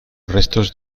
restos